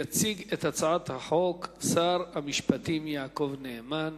יציג את הצעת החוק שר המשפטים יעקב נאמן.